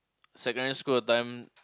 secondary school that time